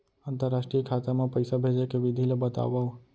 अंतरराष्ट्रीय खाता मा पइसा भेजे के विधि ला बतावव?